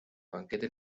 banquete